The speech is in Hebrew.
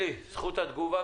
אלי, זכות תגובה.